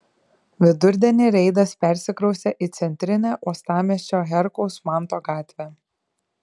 vidurdienį reidas persikraustė į centrinę uostamiesčio herkaus manto gatvę